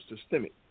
systemic